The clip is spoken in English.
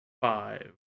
Five